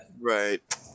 right